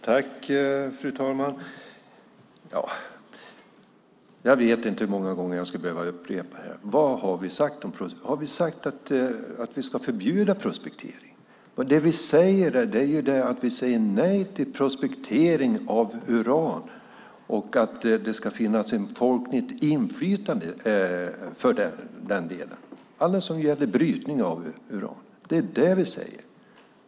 Fru talman! Jag vet inte hur många gånger jag ska behöva upprepa detta. Har vi sagt att prospektering ska förbjudas? Vi säger nej till prospektering av uran, och vi vill att det ska finnas ett folkligt inflytande när det gäller brytning av uran.